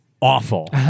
awful